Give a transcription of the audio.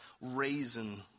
raisin